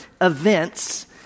events